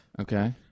Okay